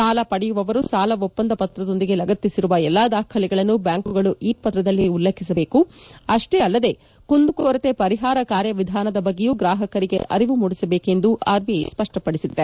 ಸಾಲ ಪಡೆಯುವವರು ಸಾಲ ಒಪ್ಪಂದ ಪತ್ರದೊಂದಿಗೆ ಲಗತ್ತಿಸಿರುವ ಎಲ್ಲಾ ದಾಖಲೆಗಳನ್ನು ಬ್ಯಾಂಕುಗಳು ಈ ಪತ್ರದಲ್ಲಿ ಉಲ್ಲೇಖಿಸಬೇಕು ಅಷ್ಷೇ ಅಲ್ಲದೆ ಕುಂದುಕೊರತೆ ಪರಿಹಾರ ಕಾರ್ಯವಿಧಾನದ ಬಗ್ಗೆಯೂ ಗ್ರಾಹಕರಿಗೆ ಅರಿವು ಮೂಡಿಸಬೇಕೆಂದು ಆರ್ಬಿಐ ಸ್ಪಷ್ಪಪಡಿಸಿದೆ